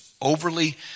overly